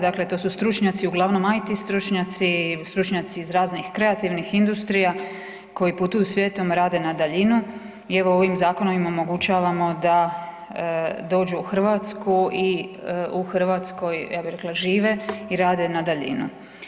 Dakle, to su stručnjaci, uglavnom IT stručnjaci, stručnjaci iz raznih kreativnih industrija koja putuju svijetom, rade na daljinu i evo, ovim zakonom im omogućavamo da dođu u Hrvatskoj i u Hrvatskoj, ja bih rekla žive i rade na daljinu.